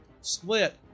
split